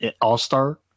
all-star